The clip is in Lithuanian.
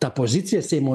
ta pozicija seimo